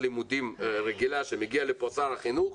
לימודים רגילה שמגיע לפה שר החינוך,